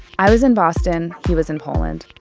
i was in boston, he was in poland.